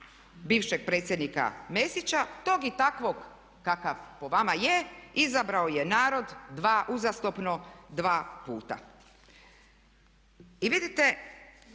bivšeg predsjednika Mesića tog i takvog kakav po vama je izabrao je narod uzastopno 2 puta. I vidite